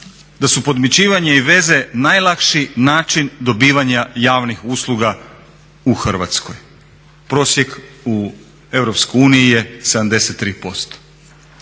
da su podmićivanje i veze najlakši način dobivanja javnih usluga u Hrvatskoj. Prosjek u EU je 73%.